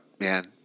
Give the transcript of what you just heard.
man